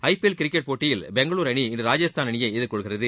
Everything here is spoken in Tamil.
ஐபிஎல் கிரிக்கெட் போட்டியில் பெங்களூரு அணி இன்று ராஜஸ்தான் அணியை எதிர்கொள்கிறது